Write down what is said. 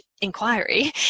inquiry